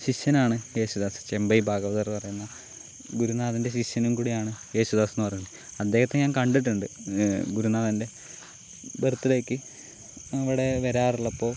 ശിഷ്യനാണ് യേശുദാസ് ചെമ്പൈ ഭാഗവതർ എന്ന് പറയുന്ന ഗുരുനാഥൻ്റെ ശിഷ്യനും കൂടെയാണ് യേശുദാസെന്ന് പറയുന്നത് അദ്ദേഹത്തെ ഞാൻ കണ്ടിട്ടുണ്ട് ഗുരുനാഥൻ്റെ ബർത്ത്ഡേക്ക് ഇവിടെ വരാറുള്ളപ്പോൾ